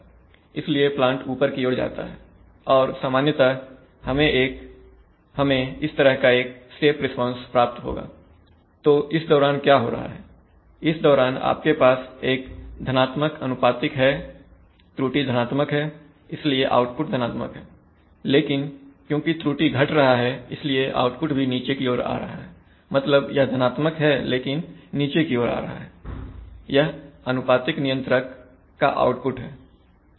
इसलिए प्लांट ऊपर की ओर जाता है और सामान्यतः हमें इस तरह का एक स्टेप रिस्पांस प्राप्त होगा तो इस दौरान क्या हो रहा है इस दौरान आपके पास एक धनात्मक अनुपातिक है त्रुटि धनात्मक है इसलिए आउटपुट धनात्मक है लेकिन क्योंकि त्रुटि घट रहा है इसलिए आउटपुट नीचे की ओर जा रहा है मतलब यह धनात्मक है लेकिन नीचे की ओर जा रहा है यह अनुपातिक नियंत्रक का आउटपुट है